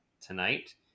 tonight